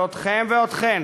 ואתכם ואתכן,